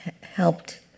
helped